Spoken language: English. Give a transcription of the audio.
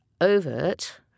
overt